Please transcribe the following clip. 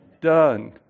done